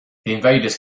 invaders